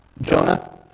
Jonah